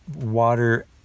water